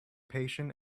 patient